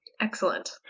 Excellent